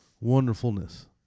wonderfulness